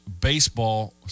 baseball